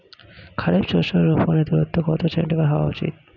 খারিফ শস্য রোপনের দূরত্ব কত সেন্টিমিটার হওয়া উচিৎ?